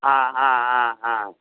ஆ ஆ ஆ ஆ